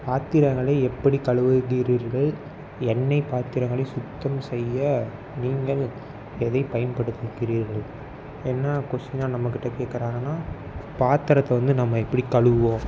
பாத்திரங்களை எப்படி கழுவுகிறீர்கள் எண்ணெய் பாத்திரங்களை சுத்தம் செய்ய நீங்கள் எதைப் பயன்படுத்துகிறீர்கள் என்ன கொஸ்டினால் நம்ம கிட்டே கேட்குறாங்கனா பாத்திரத்தை வந்து நம்ம எப்படி கழுவுவோம்